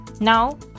Now